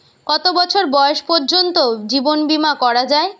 কত বছর বয়স পর্জন্ত জীবন বিমা করা য়ায়?